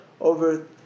over